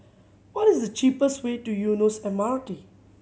what is the cheapest way to Eunos M R T